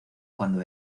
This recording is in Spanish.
cuando